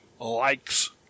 likes